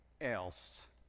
else